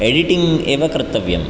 editing एव कर्तव्यम्